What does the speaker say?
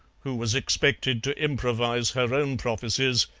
who was expected to improvise her own prophecies,